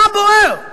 מה בוער?